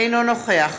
אינו נוכח